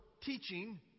teaching